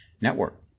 network